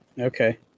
Okay